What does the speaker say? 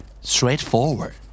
Straightforward